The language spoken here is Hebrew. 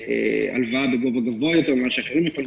הלוואה בגובה גבוה יותר ממה שאחרים יכולים,